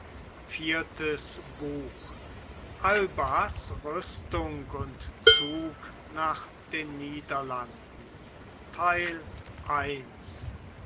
albas rüstung und zug nach den niederlanden